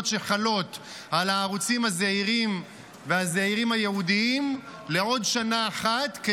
שחלות על הערוצים הזעירים והזעירים הייעודיים לעוד שנה אחת,